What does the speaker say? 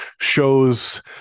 shows